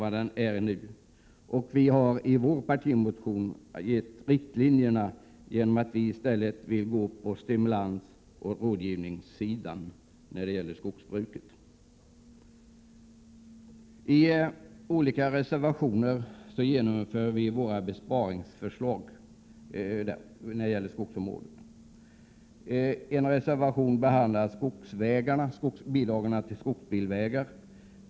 Vi vill att man går fram med stimulanser och rådgivning inom skogsbruket, och vi har i vår partimotion angivit riktlinjer för detta. Vi framför i reservationer olika förslag till besparingar på skogsområdet. I en reservation behandlar vi bidragen till skogsvägar.